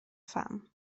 pham